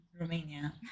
Romania